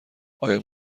آیا